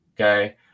okay